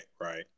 right